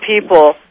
people